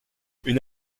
une